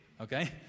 Okay